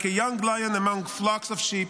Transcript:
like a young lion among flocks of sheep,